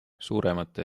suuremate